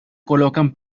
colocan